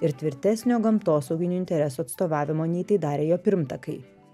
ir tvirtesnio gamtosauginių interesų atstovavimo nei tai darė jo pirmtakai